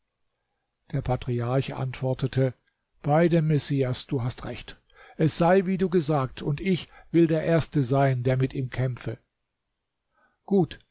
der patriarch antwortete bei dem messias du hast recht es sei wie du gesagt und ich will der erste sein der mit ihm kämpfe gut